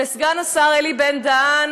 וסגן השר אלי בן-דהן